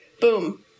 boom